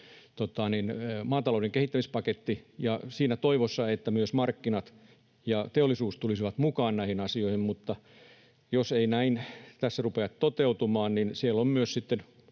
maatalouden kehittämispaketti siinä toivossa, että myös markkinat ja teollisuus tulisivat mukaan näihin asioihin, mutta jos ei näin rupea toteutumaan, niin siellä on myös sitten